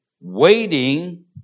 waiting